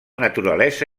naturalesa